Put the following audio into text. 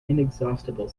inexhaustible